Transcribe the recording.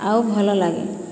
ଆଉ ଭଲ ଲାଗେ